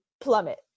plummet